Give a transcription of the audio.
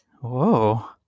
Whoa